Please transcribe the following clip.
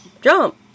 Jump